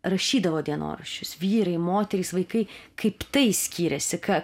rašydavo dienoraščius vyrai moterys vaikai kaip tai skyrėsi ką